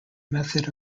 method